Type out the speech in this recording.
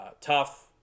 tough